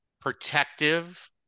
protective